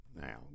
now